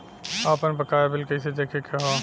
आपन बकाया बिल कइसे देखे के हौ?